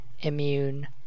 immune